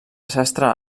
sastre